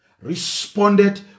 responded